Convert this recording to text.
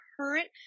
current